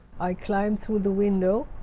i climb through the window